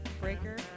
Breaker